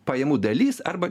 pajamų dalis arba